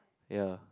ya